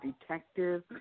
detective